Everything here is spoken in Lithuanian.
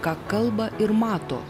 ką kalba ir mato